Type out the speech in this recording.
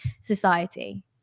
society